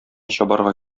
чабарга